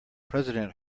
president